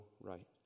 right